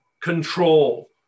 control